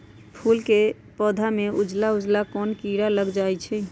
फूल के पौधा में उजला उजला कोन किरा लग जई छइ?